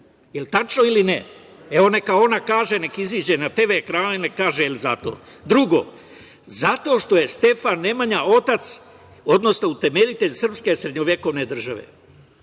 li tačno ili ne? Evo, neka ona kaže, nek izađe TV ekrane i neka kaže je li zato. Drugo, zato što je Stefan Nemanja otac, odnosno utemeljitelj srpske srednjovekovne države.